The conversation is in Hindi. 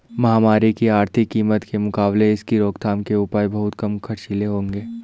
महामारी की आर्थिक कीमत के मुकाबले इसकी रोकथाम के उपाय बहुत कम खर्चीले होंगे